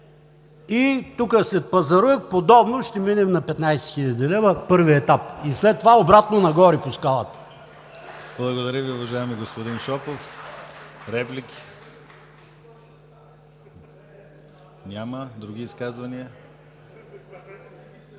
и тук, след пазарлък, подобно ще минем на 15 000 лв. на първия етап, след това обратно, нагоре по скалата.